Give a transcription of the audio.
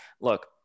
look